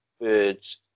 birds